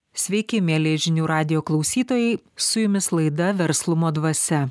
sveiki mieli žinių radijo klausytojai su jumis laida verslumo dvasia